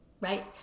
right